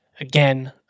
Again